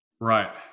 Right